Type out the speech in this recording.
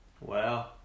Wow